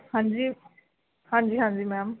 ਹਾਂਜੀ ਹਾਂਜੀ ਹਾਂਜੀ ਮੈਮ